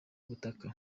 butaka